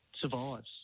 survives